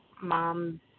mom